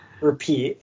repeat